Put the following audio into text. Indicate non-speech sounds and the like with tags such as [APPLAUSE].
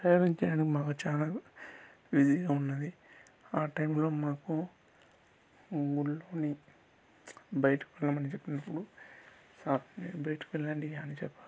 travelling చేయడం మాకు చానా ఈజీగా ఉన్నది ఆ టైంలో మాకు గుడిలోని బయటకెళ్ళమని చెప్పినప్పుడు [UNINTELLIGIBLE] మీరు బయటికి వెళ్ళండి అని చెప్పారు